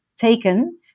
taken